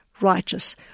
righteous